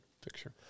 picture